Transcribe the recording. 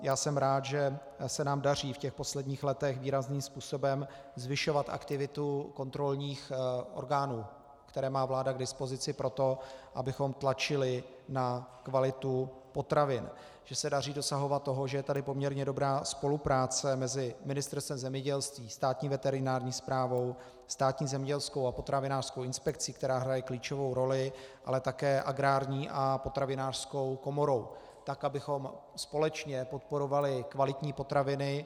Já jsem rád, že se nám daří v posledních letech výrazným způsobem zvyšovat aktivitu kontrolních orgánů, které má vláda k dispozici pro to, abychom tlačili na kvalitu potravin, že se daří dosahovat toho, že je tady poměrně dobrá spolupráce mezi Ministerstvem zemědělství, Státní veterinární správou, Státní zemědělskou a potravinářskou inspekcí, která hraje klíčovou roli, ale také Agrární a Potravinářskou komorou, tak abychom společně podporovali kvalitní potraviny.